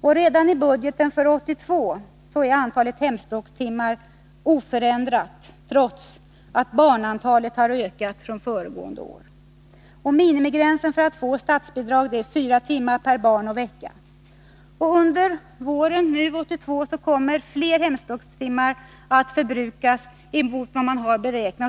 Redan i budgeten för 1982 är antalet hemspråkstimmar oförändrat, trots att barnantalet har ökat från föregående år. Minimigränsen för att få statsbidrag är 4 tim. per barn och vecka. Under våren 1982 kommer fler hemspråkstimmar att förbrukas än vad som beräknats.